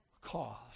cause